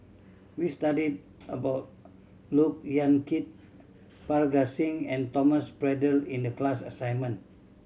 we studied about Look Yan Kit Parga Singh and Thomas Braddell in the class assignment